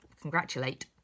congratulate